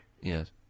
Yes